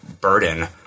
burden